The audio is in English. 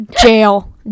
Jail